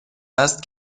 است